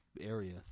area